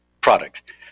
product